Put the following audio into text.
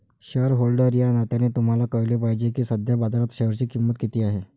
shareholder या नात्याने तुम्हाला कळले पाहिजे की सध्या बाजारात शेअरची किंमत किती आहे